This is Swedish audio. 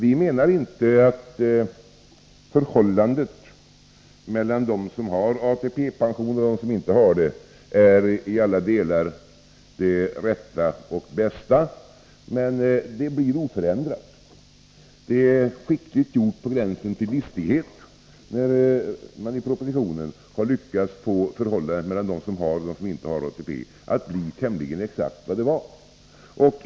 Vi menar inte att förhållandet mellan dem som har ATP-pension och dem som inte har det i alla delar är det rätta och bästa. Men förhållandet blir oförändrat. Det är skickligt gjort, det ligger på gränsen till listighet, när man i propositionen lyckats få förhållandet mellan dem som har och dem som inte har ATP tämligen exakt detsamma som det var.